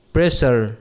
Pressure